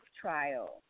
trial